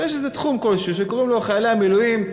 שיש איזה תחום כלשהו שקוראים לו חיילי המילואים,